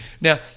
Now